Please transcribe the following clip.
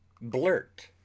blurt